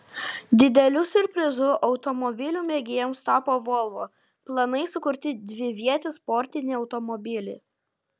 dideliu siurprizu automobilių mėgėjams tapo volvo planai sukurti dvivietį sportinį automobilį